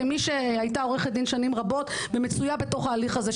כמי שהייתה עורכת דין שנים רבות ומצויה בתוך ההליך הזה,